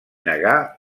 negar